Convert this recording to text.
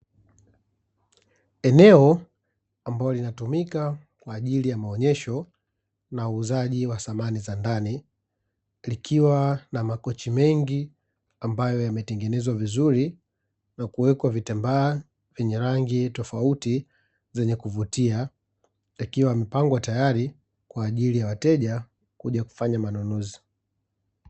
Eneo ambalo linatumika kwajili ya maonyesho na uuzaji wa samani za ndani, likiwa na makochi mengi ambayo yametengenezwa vizuri na kuwekwa vitambaa vyenye rangi tofauti zenye kuvutia yakiwa yamepangwa tayari kwajili ya wateja kuja kufanya manunuzi.